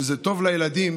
שזה טוב לילדים,